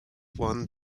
won